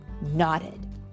nodded